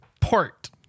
port